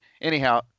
anyhow